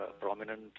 prominent